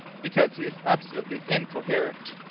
because he is absolutely incoherent.